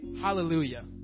hallelujah